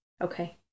Okay